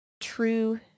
true